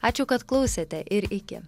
ačiū kad klausėte ir iki